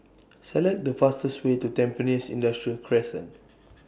Select The fastest Way to Tampines Industrial Crescent